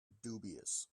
dubious